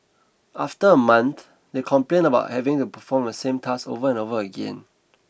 after a month they complained about having to perform the same task over and over again